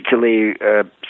particularly